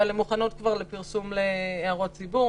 אבל הן מוכנות כבר לפרסום להערות ציבור,